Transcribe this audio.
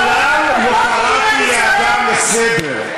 מעולם לא קראתי לאדם לסדר.